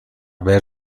ver